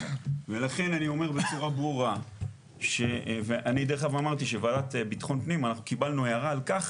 אני אמרתי שבוועדת ביטחון הפנים קיבלנו הערה על-כך